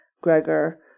Gregor